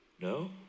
No